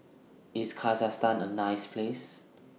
IS Kazakhstan A nice Place